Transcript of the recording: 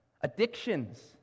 addictions